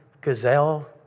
gazelle